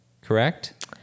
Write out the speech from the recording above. correct